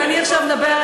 ואני עכשיו מדברת,